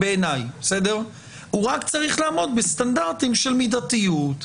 הוא רק צריך לעמוד בסטנדרטים של מידתיות.